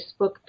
Facebook